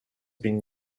been